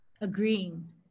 agreeing